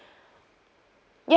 ya